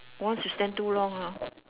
once you stand too long